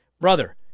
Brother